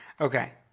Okay